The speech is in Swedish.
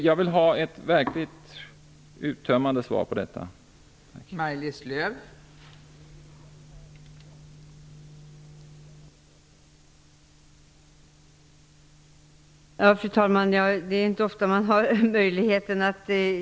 Jag vill ha ett verkligt uttömmande svar på mina frågor.